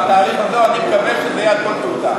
אני מקבל שזה יהיה על כל תעודה,